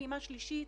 פעימה שלישית.